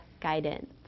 guidance